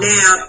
Now